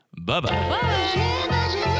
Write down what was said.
Bye-bye